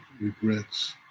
regrets